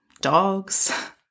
dogs